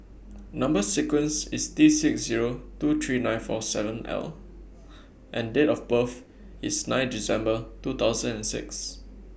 Number sequence IS T six Zero two three nine four seven L and Date of birth IS nine December two thousand and six